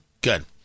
Good